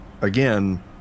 Again